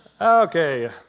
okay